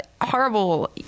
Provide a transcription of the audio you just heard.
horrible